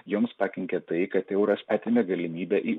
joms pakenkė tai kad euras atėmė galimybę į